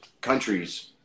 countries